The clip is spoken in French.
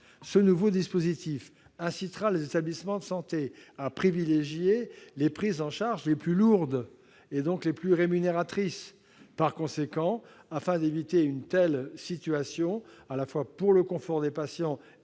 ce nouveau dispositif incitera les établissements de santé à privilégier les prises en charge les plus lourdes, qui sont aussi les plus rémunératrices. Par conséquent, afin d'éviter une telle situation, à la fois pour le confort des patients et